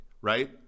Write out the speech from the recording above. right